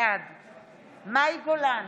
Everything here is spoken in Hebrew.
בעד מאי גולן,